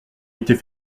était